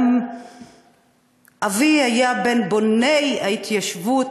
גם אבי היה בין בוני ההתיישבות,